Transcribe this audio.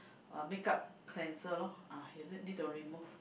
uh makeup cleanser lor ah you need to remove